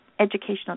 educational